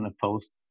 post